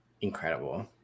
incredible